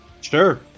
Sure